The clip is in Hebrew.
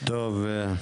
טוב,